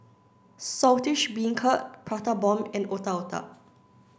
Saltish Beancurd Prata Bomb and Otak Otak